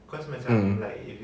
mm